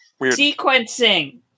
Sequencing